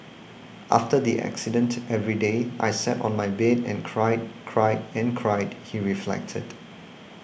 after the accident every day I sat on my bed and cried cried and cried he reflected